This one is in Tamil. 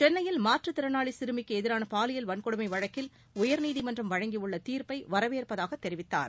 சென்னையில் மாற்றுத் திறனாளி சிறுமிக்கு எதிரான பாலியல் வன்கொடுமை வழக்கில் உயர்நீதிமன்றம் வழங்கியுள்ள தீர்ப்பை வரவேற்பதாக அவர் தெரிவித்தார்